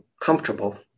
comfortable